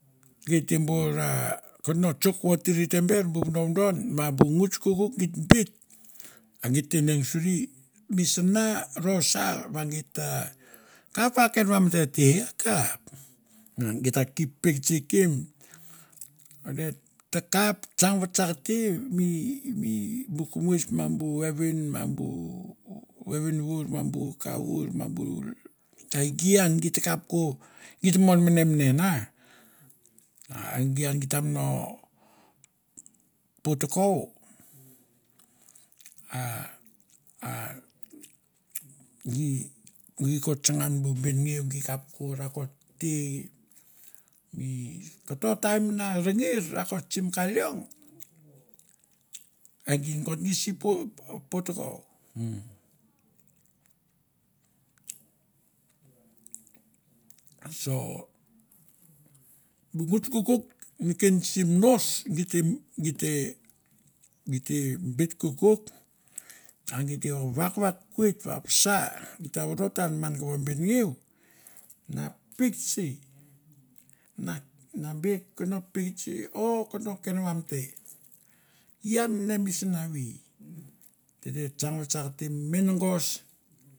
Geit te bor a keno tsauk votrie bu vodovodon, vah bu ngus kokouk gie beit, a gie te deng surie misana vosar va gie ta, kap va keng vamte te, akap malan. Gie ta ki peuksti keim. So that ta kap tsang vatsakte mie mie bu komois mah bu vevien, ma bu vevien voir, mah bu ka vour, ma bu egie ian gie ta kap ko giet mon menemenen. Aa a. Egie ian gie tamno peit ko, a a gie gie ko tsana ian bu beinageu, gie kap ko vakot te. Mi koto taim na rengeir vakot sim ka leong, egie nokot gie si po pot kou. So, bu nguts kokouk neken sim ngous, gie te, gie te, gie te beit kokouk a gie te vakvakoit va vasa gie ta vorotan man kovo benengeu nia peuktse, nia, nia, be kono peuktse or kono kengvamte. Ian ne mi sinvai te te tsang vatsakte mi mengos.